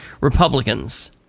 Republicans